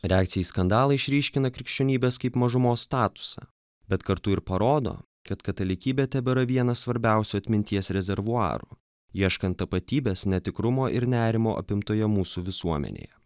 reakcija į skandalą išryškina krikščionybės kaip mažumos statusą bet kartu ir parodo kad katalikybė tebėra vienas svarbiausių atminties rezervuarų ieškant tapatybės netikrumo ir nerimo apimtoje mūsų visuomenėje